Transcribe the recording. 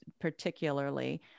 particularly